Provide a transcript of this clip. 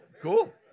Cool